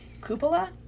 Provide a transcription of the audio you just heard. cupola